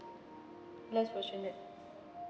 less fortunate